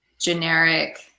generic